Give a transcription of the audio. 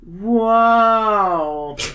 Wow